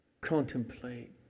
contemplate